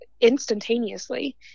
instantaneously